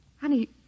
honey